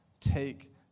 take